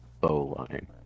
bowline